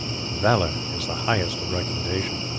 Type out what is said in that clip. valour is the highest of recommendations.